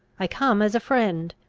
i come as a friend,